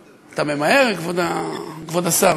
נשמע, אתה ממהר, כבוד השר?